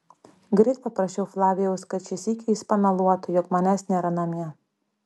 greit paprašiau flavijaus kad šį sykį jis pameluotų jog manęs nėra namie